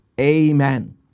Amen